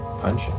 Punch